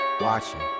Watching